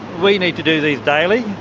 we need to do these daily.